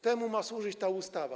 Temu ma służyć ta ustawa.